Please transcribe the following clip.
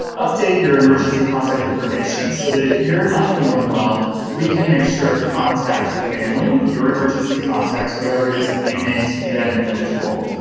update your emergency contact information so that if you're not feeling well we can make sure to contact your family, your emergency contact whoever it is that you name to be that individual,